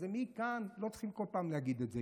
ומכאן לא צריכים כל פעם להגיד את זה,